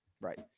Right